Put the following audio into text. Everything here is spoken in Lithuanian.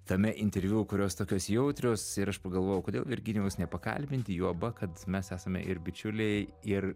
tame interviu kurios tokios jautrios ir aš pagalvojau kodėl virginijaus nepakalbinti juoba kad mes esame ir bičiuliai ir